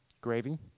gravy